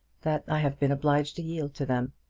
that i have been obliged to yield to them.